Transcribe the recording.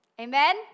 Amen